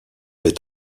est